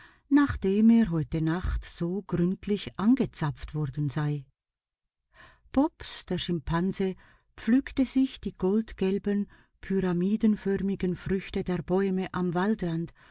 nachdem er heute nacht so gründlich angezapft worden sei bobs der schimpanse pflückte sich die goldgelben pyramidenförmigen früchte der bäume am waldrand